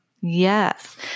Yes